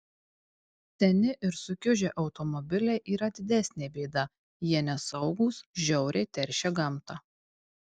seni ir sukiužę automobiliai yra didesnė bėda jie nesaugūs žiauriai teršia gamtą